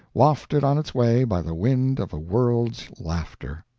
wafted on its way by the wind of a world's laughter.